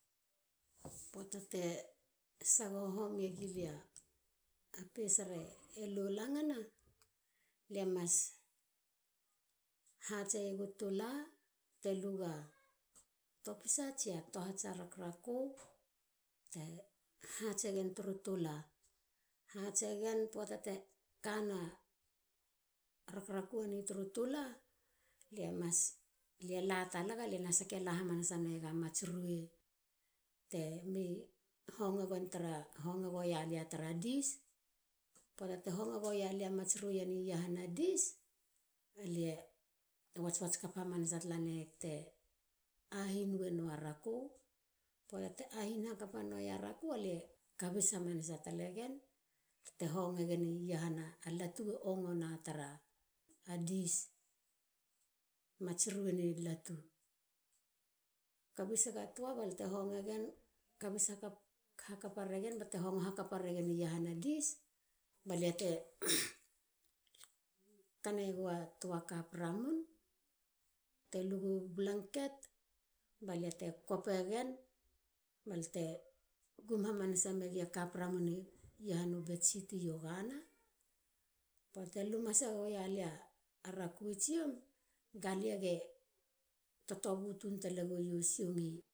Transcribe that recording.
Poata te sagoho homi gilia a pesa e lolangana. lie mas hatse iegu tula te luga topisa tsia tohats a rakraku. hatsegen turu tula. poata te kana nonei a rakraku tru tula. lie latalak alia na sake hamanaseiega mats rue. te mi honge gen tara dish. poata te hongo goia lia mats rue i iahana dish. lie wats kap taleiek te ahir wanoa raku. poata te ahir hakapanua raku lie kabis talegen bate ongo gen ahana. latu te ongona tra dish. mats rue ri latu kabis ega tua balte hongo gen kabis hakapa ragen bate hongo hakapa ragen iahana dish balia te kane gua toa cup ramun te lua blanket balie te kope gen. balte gum hamanasa megu cup ramun iahanu bedsheet iogana. kope gen balte gum hamanasa gua lia ramun i tsiom ga lie totobu tun tale gua siong iahanu kopo